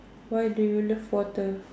why do you love water